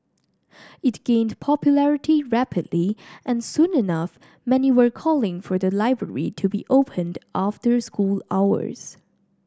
it gained popularity rapidly and soon enough many were calling for the library to be opened after school hours